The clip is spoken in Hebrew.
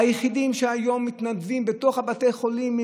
שהיום מתנדבים בתוך בתי החולים,